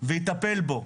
ויטפל בו.